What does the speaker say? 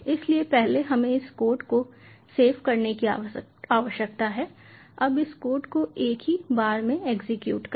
इसलिए पहले हमें इस कोड को सेव करने की आवश्यकता है अब इस कोड को एक ही बार में एग्जीक्यूट करें